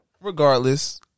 Regardless